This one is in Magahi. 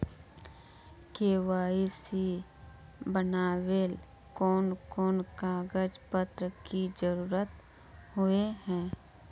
के.वाई.सी बनावेल कोन कोन कागज पत्र की जरूरत होय है?